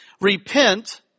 Repent